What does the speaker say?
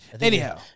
Anyhow